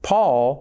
Paul